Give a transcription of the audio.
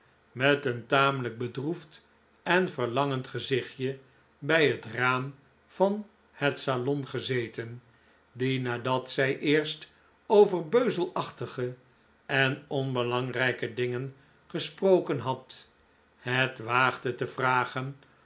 met een tamelijk bedroefd en verlangend gezichtje bij het raam van het salon gezeten die nadat zij eerst over beuzelachtige en onbelangrijke dingen gesproken had het waagde te vragen